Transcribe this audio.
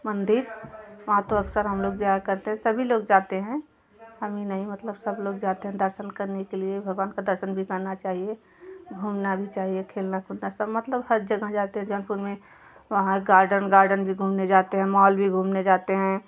मंदिर वहाँ तो अक्सर हम लोग जाया करते सभी लोग जाते हैं हम ही नहीं मतलब सब लोग जाते हैं दर्शन करने के लिए भगवान का दर्शन भी करना चाहिए घूमना भी चाहिए खेलने खुदना मतलब हर जगह जा कर जौनपुर में वहाँ गार्डन गार्डन भी घूमने जाते हैं मॉल भी घूमने जाते हैं